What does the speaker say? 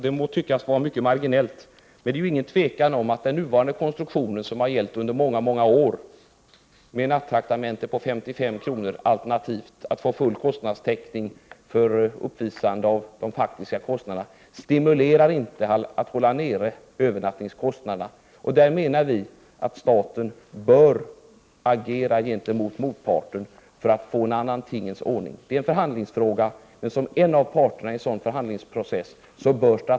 Det må tyckas vara mycket marginellt, men det är inget tvivel om att den nuvarande konstruktionen, som har gällt under många år, med ett nattraktamente på 55 kr. alternativt full kostnadstäckning mot styrkande av de faktiska kostnaderna, inte stimulerar till att hålla nere övernattningskostnaderna. Där menar vi att staten bör agera gentemot motparten för att få en annan tingens ordning. Det är en förhandlingsfråga, och statsmakterna bör agera som en av parterna i en sådan förhandlingsprocess.